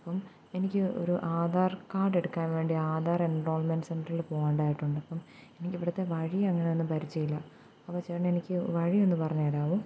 അപ്പം എനിക്ക് ഒരു ആധാർ കാർഡ് എടുക്കാൻ വേണ്ടി ആധാർ എൻറോൾമെൻറ്റ് സെൻറ്ററിൽ പോകേണ്ടതായിട്ടുണ്ട് അപ്പം എനിക്കിവിടുത്തെ വഴി അങ്ങനെയൊന്നും പരിചയമില്ല അപ്പം ചേട്ടനെനിക്ക് വഴിയൊന്നു പറഞ്ഞു തരാമോ